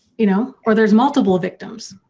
you know or there's multiple victims.